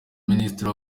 minisitiri